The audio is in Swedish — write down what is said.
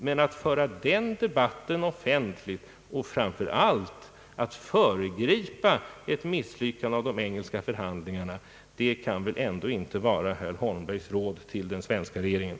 Men att föra den debatten offentligt, och framför allt att föregripa ett misslyckande av de engelska förhandlingarna, kan väl ändå inte vara herr Holmbergs råd till den svenska regeringen.